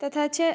तथा च